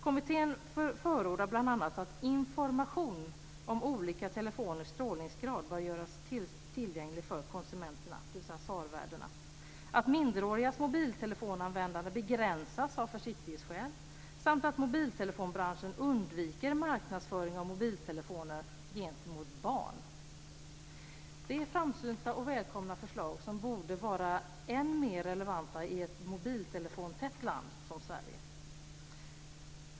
Kommittén förordar bl.a. att information om olika telefoners strålningsgrad, dvs. SAR-värdena, bör göras tillgänglig för konsumenterna, att minderårigas mobiltelefonanvändande begränsas av försiktighetsskäl samt att mobiltelefonbranschen undviker marknadsföring av mobiltelefoner gentemot barn. Det är framsynta och välkomna förslag som borde vara än mer relevanta i ett mobiltelefontätt land som Sverige.